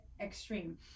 extreme